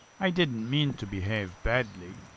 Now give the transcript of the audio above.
i didnt mean to behave badly.